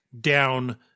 down